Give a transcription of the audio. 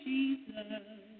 Jesus